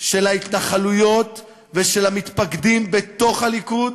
של ההתנחלויות ושל המתפקדים בתוך הליכוד,